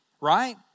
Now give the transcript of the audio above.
right